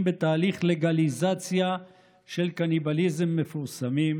בתהליך לגליזציה של קניבליזם מתפרסמים,